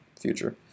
future